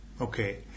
Okay